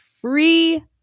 free